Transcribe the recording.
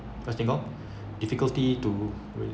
first thing off difficulty to